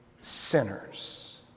sinners